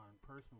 personally